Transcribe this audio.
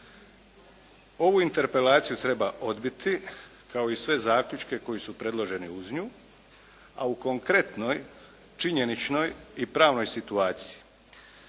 Ovu interpelaciju treba odbiti kao i sve zaključke koji su predloženi uz nju, a u konkretnoj, činjeničnoj i pravnoj situaciji,